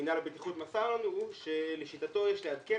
מינהל הבטיחות מסר לנו שלשיטתו יש לעדכן